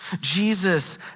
Jesus